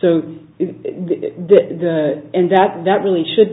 so and that that really should